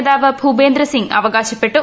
നേതാവ് ഭൂപേന്ദ്ര സിംഗ് അവകാശപ്പെട്ടു